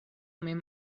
mem